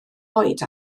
oed